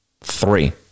Three